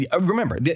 remember